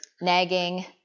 nagging